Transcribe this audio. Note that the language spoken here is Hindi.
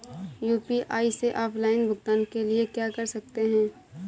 यू.पी.आई से ऑफलाइन भुगतान के लिए क्या कर सकते हैं?